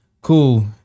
Cool